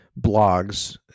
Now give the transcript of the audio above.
blogs